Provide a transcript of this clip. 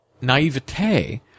naivete